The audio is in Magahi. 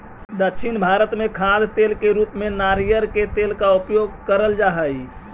दक्षिण भारत में खाद्य तेल के रूप में नारियल के तेल का प्रयोग करल जा हई